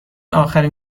آخرین